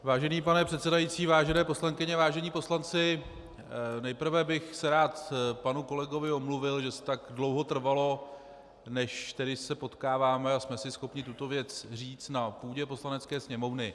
Vážený pane předsedající, vážené poslankyně, vážení poslanci, nejprve bych se rád panu kolegovi omluvil, že to tak dlouho trvalo, než se potkáváme a jsme si schopni tuto věc říct na půdě Poslanecké sněmovny.